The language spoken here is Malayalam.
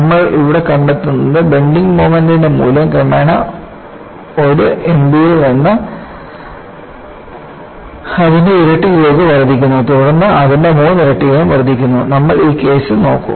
നമ്മൾ ഇവിടെ കണ്ടെത്തുന്നത് ബെൻഡിങ് മോമെൻറ്ന്റെ മൂല്യം ക്രമേണ 1Mb ൽ നിന്ന് അതിന്റെ ഇരട്ടിയിലേക്ക് വർദ്ധിക്കുന്നു തുടർന്ന് അതിന്റെ മൂന്നിരട്ടിയായി വർദ്ധിക്കുന്നു നമ്മൾ ഈ കേസ് നോക്കും